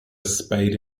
spade